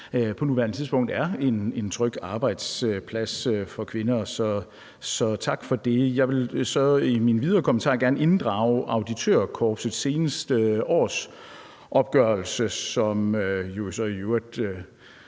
på nuværende tidspunkt er en tryg arbejdsplads for kvinder. Så tak for det. Jeg vil så i min videre kommentar gerne inddrage Auditørkorpsets seneste årsopgørelse, som jo så i øvrigt